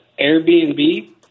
Airbnb